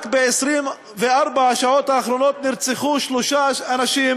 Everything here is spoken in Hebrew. רק ב-24 השעות האחרונות נרצחו שלושה אנשים